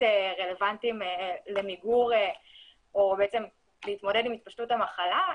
רלוונטיים למיגור או בעצם להתמודדות עם התפשטות המחלה.